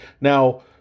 Now